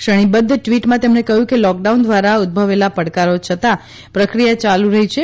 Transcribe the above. શ્રેણીબદ્ધ ટ્વીટમાં તેમણે કહ્યું કે લોકડાઉન દ્વારા ઉદ્દભવેલા પડકારો છતાં પ્રક્રિયા ચાલુ રહી છે